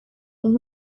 این